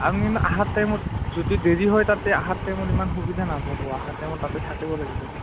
আপুনি আহা টাইমত যদি দেৰি হয় তাতে আহাত টাইমত ইমান সুবিধা নাপাব আহা টাইমত তাতে থাকিব লাগিব